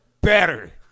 better